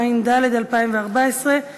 ממשלת מדינת ישראל לבין האיחוד האירופי בדבר